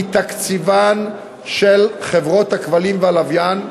מתקציבן‏ של חברות הכבלים והלוויין,